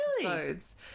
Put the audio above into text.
episodes